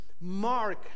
Mark